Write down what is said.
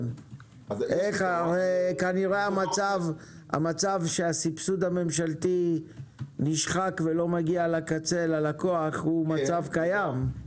כנראה המצב שהסבסוד הממשלתי נשחק ולא מגיע לקצה ללקוח הוא מצב קיים.